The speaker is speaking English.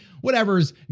whatever's